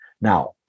Now